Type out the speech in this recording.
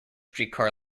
streetcar